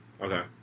Okay